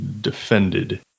defended